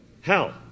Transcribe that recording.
Hell